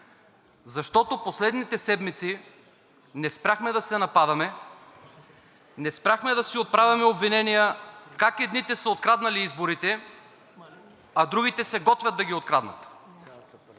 защото последните седмици не спряхме да се нападаме, не спряхме да си отправяме обвинения как едните са откраднали изборите, а другите се готвят да ги откраднат.